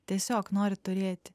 tiesiog nori turėti